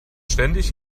ständig